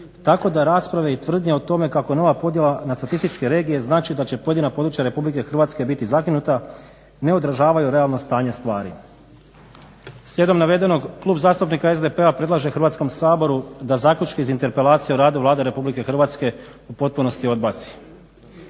tako da rasprave i tvrdnje o tome kako nova podjela na statističke regije znači da će pojedina područja RH biti zakinuta ne odražavaju realno stanje stvari. Slijedom navedenog Klub zastupnika SDP-a predlaže Hrvatskom saboru da zaključke iz interpelacije o radu Vlade RH u potpunosti odbaci.